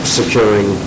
securing